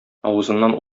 авызыннан